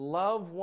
love